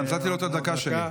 נתתי לו את הדקה שלי.